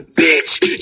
bitch